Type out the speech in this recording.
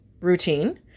routine